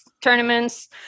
tournaments